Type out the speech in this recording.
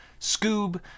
Scoob